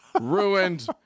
Ruined